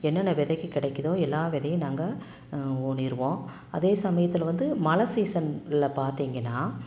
என்னென்ன விதைக்கு கிடைக்கிதோ எல்லா விதையும் நாங்கள் ஊணிருவோம் அதே சமயத்தில் வந்து மழை சீசன்ல்ல பார்த்தீங்கனா